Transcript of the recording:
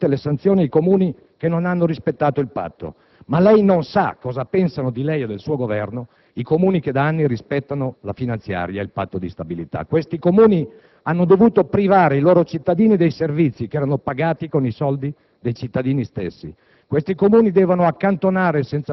alla legge finanziaria con i quali sono state cancellate tutte le sanzioni ai Comuni che non hanno rispettato il Patto. Ma lei non sa cosa pensano di lei e del suo Governo i Comuni che da anni rispettano le leggi finanziarie e il Patto stabilità. Questi Comuni hanno dovuto privare i loro cittadini dei servizi che erano pagati con i soldi